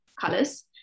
colors